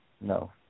No